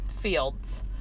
fields